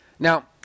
Now